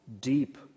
deep